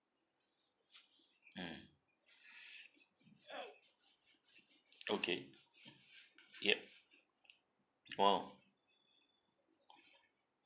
mm okay yup !wow!